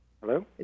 Hello